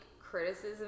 criticism